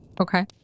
Okay